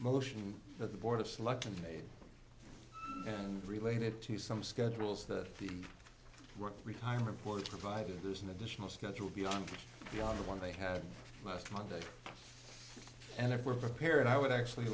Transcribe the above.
motion that the board of selectmen made related to some schedules that the retirement boards provided there's an additional schedule beyond beyond the one they had last monday and if we're prepared i would actually